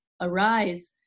arise